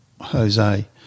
Jose